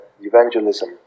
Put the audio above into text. evangelism